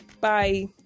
Bye